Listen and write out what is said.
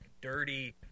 dirty